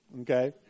Okay